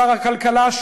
שר הכלכלה,